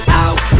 out